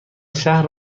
شهر